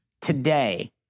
today